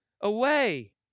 away